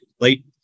late